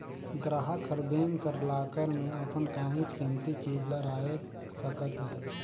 गराहक हर बेंक कर लाकर में अपन काहींच कीमती चीज ल राएख सकत अहे